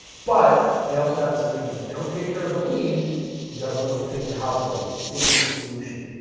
but they also have this lien. and if they don't take care of the lien, the government will take their house away. they need a solution,